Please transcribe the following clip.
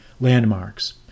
landmarks